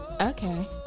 Okay